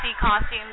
costumes